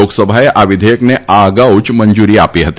લોકસભાએ આ વિઘેયકને આ અગાઉ જ મંજુરી આપી હતી